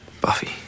Buffy